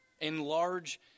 Enlarge